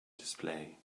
display